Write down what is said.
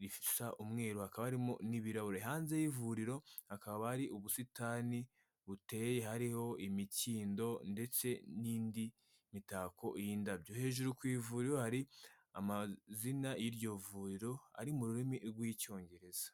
risa umweru hakaba harimo n'ibirahure, hanze y'ivuriro hakaba hari ubusitani buteye hariho imikindo ndetse n'indi mitako y'indabyo. Hejuru ku ivuriro hari amazina y'iryo vuriro ari mu rurimi rw'icyongereza.